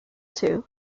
two